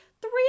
three